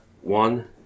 one